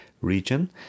region